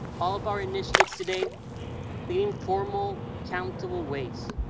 all of our initiates today lead in formal, countable ways,